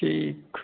ਠੀਕ